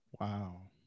Wow